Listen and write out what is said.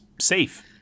safe